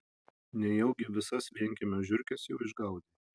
nejaugi visas vienkiemio žiurkes jau išgaudei